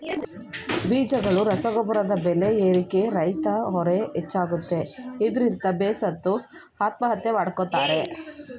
ಬೀಜಗಳು ರಸಗೊಬ್ರದ್ ಬೆಲೆ ಏರಿಕೆ ರೈತ್ರ ಹೊರೆ ಹೆಚ್ಚಿಸುತ್ತೆ ಇದ್ರಿಂದ ಬೇಸತ್ತು ಆತ್ಮಹತ್ಯೆ ಮಾಡ್ಕೋತಾರೆ